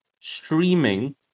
streaming